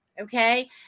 Okay